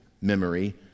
memory